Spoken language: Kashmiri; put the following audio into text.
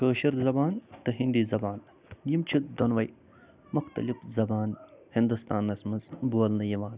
کٲشِر زبان تہٕ ہیندی زبان یِم چھِ دۅنوے مختلف زبان ہندوستانس منٛز بولنہٕ یِوان